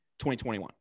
2021